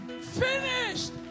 finished